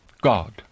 God